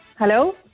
Hello